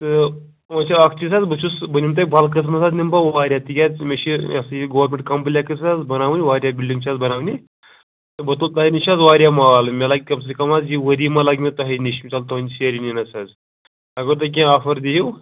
تہٕ وۅنۍ چھِ اَکھ چیٖز حظ بہٕ چھُس بہٕ نِمہٕ تۄہہِ بَلکَس منٛز حظ نِمہٕ بہٕ واریاہ تِکیٛازِ مےٚ چھِ یہِ یہِ ہا سا یہِ گورمٮ۪نٛٹ کَمپٕلیکٕس حظ بَناوٕنۍ واریاہ بِلڈِنٛگ چھِ حظ بَناونہِ بہٕ تُلہٕ تۄہہِ نِش حظ واریاہ مال مےٚ لَگہِ کَم سے کَم حظ یہِ ؤری ما لَگہِ مےٚ تۄہے نِش مِثال تُہٕنٛدِ سیرِ نِنَس حظ اگر تُہۍ کیٚنٛہہ آفر دِیِو